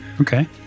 Okay